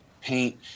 paint